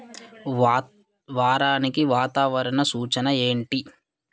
వాత్ వారానికి వాతావరణ సూచన ఏంటి